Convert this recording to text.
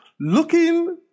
looking